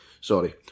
Sorry